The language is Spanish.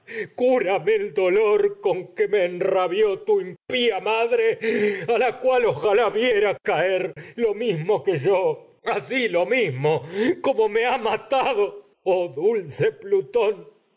cúrame a dolor ojalá ha con que me lo impía yo madre la cual viera caer que así lo mismo como me matado oh dulce plutón